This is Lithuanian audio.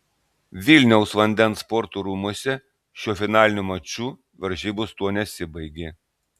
vilniaus vandens sporto rūmuose šiuo finaliniu maču varžybos tuo nesibaigė